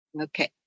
Okay